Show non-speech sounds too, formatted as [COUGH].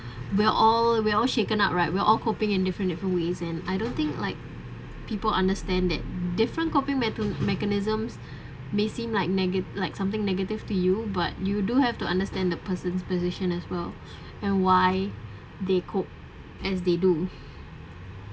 we're all we're all shaken up right we're all coping in different different ways and I don't think like people understand that different coping mechan~ mechanism [BREATH] may seem like nega~ like something negative to you but you do have to understand the person's position as well and why they cope as they do